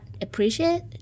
appreciate